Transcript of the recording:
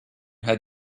had